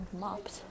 mopped